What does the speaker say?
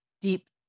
deep